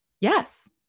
yes